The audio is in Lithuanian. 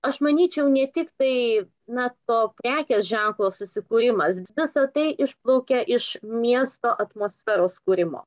aš manyčiau ne tiktai na to prekės ženklo susikūrimas visa tai išplaukia iš miesto atmosferos kūrimo